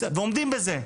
ועומדים בזה,